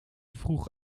vroeg